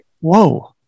Whoa